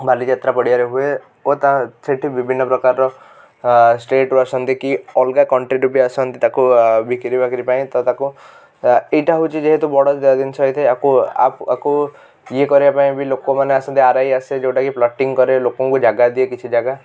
ବାଲିଯାତ୍ରା ପଡ଼ିଆରେ ହୁଏ ଓ ତା ସେଠି ବିଭିନ୍ନ ପ୍ରକାରର ଷ୍ଟେଟରୁ ଆସନ୍ତି କି ଅଲଗା କଣ୍ଟ୍ରୀ ରୁ ବି ଆସନ୍ତି ତାକୁ ବିକ୍ରି ବାକ୍ରି ପାଇଁ ତ ତାକୁ ଏଇଟା ହେଉଛି ଯେହେତୁ ବଡ଼ ଜିନିଷ ହେଇଥାଏ ଆକୁ ଆକୁ ଆକୁ ଇଏ କରିବା ପାଇଁ ବି ଲୋକମାନେ ଆସନ୍ତି ଆର ଆଇ ଆସେ ଯେଉଁଟା କି ପ୍ଲଟିଂଗ୍ କରେ ଲୋକଙ୍କୁ ଜାଗା ଦିଏ କିଛି ଜାଗା